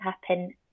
happen